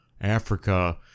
africa